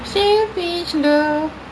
same page though